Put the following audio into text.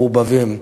מעורבבים.